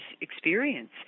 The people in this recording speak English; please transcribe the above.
experience